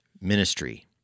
ministry